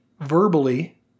verbally